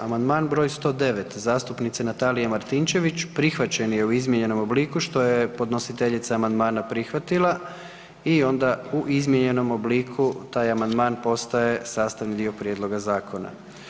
Amandman broj 109. zastupnice Natalije Martinčević prihvaćen je u izmijenjenom obliku što je podnositeljica amandmana prihvatila i onda u izmijenjenom obliku taj amandman postaje sastavi dio prijedloga zakona.